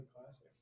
classic